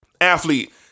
athlete